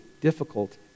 difficult